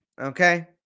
Okay